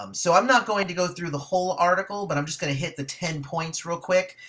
um so i'm not going to go through the whole article, but i'm just gonna hit the ten points real quick,